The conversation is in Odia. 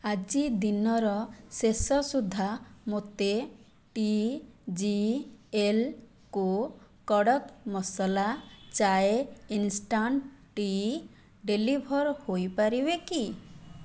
ଆଜି ଦିନର ଶେଷ ସୁଦ୍ଧା ମୋତେ T G L co kadak masala chai instant tea deliver ହୋଇପାରିବେ କି